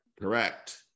Correct